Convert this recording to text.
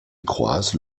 croise